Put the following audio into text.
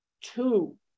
Two